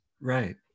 Right